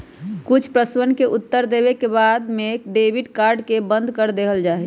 कुछ प्रश्नवन के उत्तर देवे के बाद में डेबिट कार्ड के बंद कर देवल जाहई